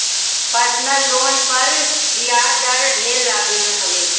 personal loan पर बियाज दर ढेर लागत हवे